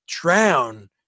drown